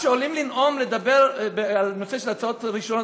כשעולים לנאום לדבר בנושא של הצעות ראשונות,